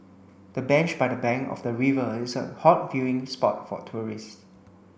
the bench by the bank of the river is a hot viewing spot for tourists